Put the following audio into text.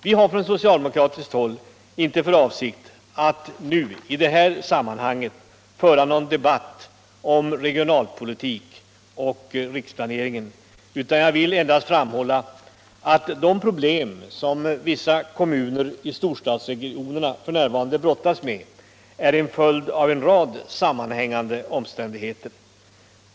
Vi har från socialdemokratiskt håll inte för avsikt att i det här sammanhanget föra någon debatt om regionalpolitik och riksplanering, utan jag vill endast framhålla att de problem som vissa kommuner i storstadsregionerna f. n. brottas med är en följd av en rad sammanhängande omständigheter.